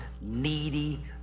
needy